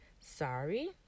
Sorry